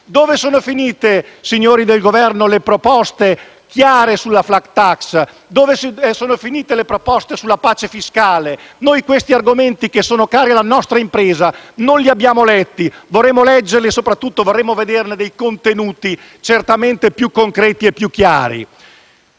Dove sono finite, signori del Governo, le proposte chiare sulla *flat tax* e sulla pace fiscale? Di questi argomenti, cari alla nostra impresa, non abbiamo letto, mentre vorremmo leggere e, soprattutto, vorremmo vedere dei contenuti certamente più concreti e più chiari.